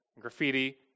graffiti